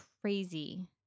crazy